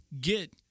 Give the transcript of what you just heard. get